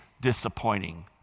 disappointing